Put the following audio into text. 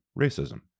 racism